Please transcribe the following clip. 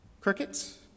Crickets